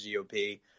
GOP